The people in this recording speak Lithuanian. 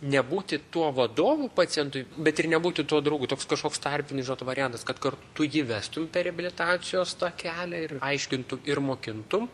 nebūti tuo vadovu pacientui bet ir nebūti tuo draugu toks kažkoks tarpinis žinot variantas kad kar tu jį vestum per reabilitacijos tą kelią ir aiškintum ir mokintum